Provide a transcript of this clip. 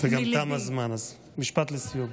גם תם הזמן, משפט לסיום.